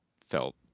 felt